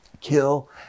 kill